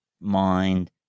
mind